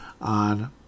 on